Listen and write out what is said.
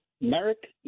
Merrick